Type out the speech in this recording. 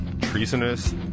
treasonous